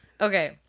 Okay